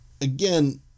again